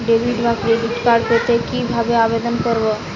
Debit বা credit card পেতে কি ভাবে আবেদন করব?